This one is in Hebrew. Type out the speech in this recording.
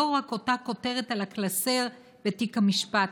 רק אותה כותרת על הקלסר בתיק המשפט,